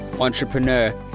entrepreneur